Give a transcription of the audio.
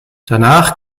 danach